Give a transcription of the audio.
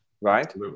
right